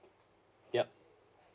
yup